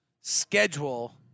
schedule